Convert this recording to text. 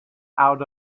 out